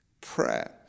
prayer